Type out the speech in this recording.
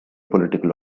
political